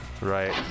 right